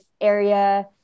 area